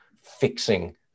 fixing